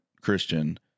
Christian